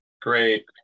great